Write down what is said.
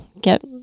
get